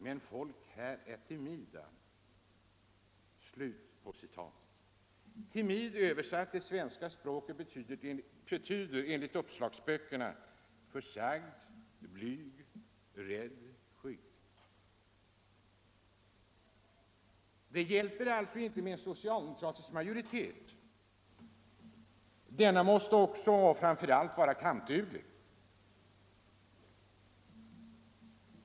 Men folk här är timida.” Ordet timid betyder enligt uppslagsböckerna, om man översätter det till svenska, försagd, blyg, rädd, skygg. Det hjälper alltså inte med socialdemokratisk majoritet. Denna måste också — och framför allt — vara kampduglig.